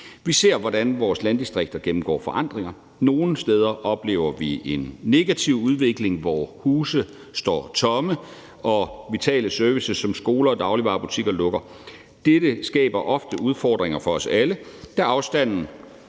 Vi ser, hvordan vores landdistrikter gennemgår forandringer. Nogle steder oplever vi en negativ udvikling, hvor huse står tomme og vitale servicer som skoler og dagligvarebutikker lukker. Dette skaber ofte udfordringer for os alle, da afstanden